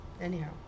anyhow